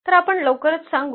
तर आपण लवकरच सांगू